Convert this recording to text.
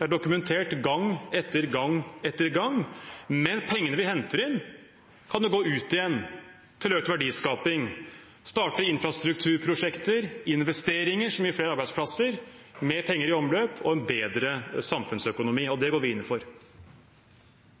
er dokumentert gang etter gang. Pengene vi henter inn, kan gå ut igjen til økt verdiskaping, til å starte infrastrukturprosjekter, til investeringer som gir flere arbeidsplasser – mer penger i omløp og en bedre samfunnsøkonomi. Det går vi inn for.